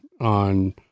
on